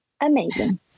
amazing